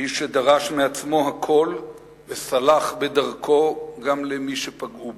איש שדרש מעצמו הכול וסלח בדרכו גם למי שפגעו בו.